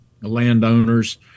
landowners